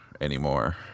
Anymore